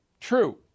True